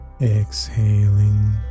exhaling